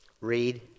read